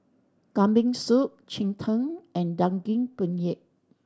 Kambing Soup cheng tng and Daging Penyet